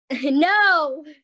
No